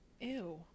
Ew